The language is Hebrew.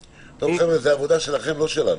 חבר'ה, זו עבודה שלכם, לא שלנו.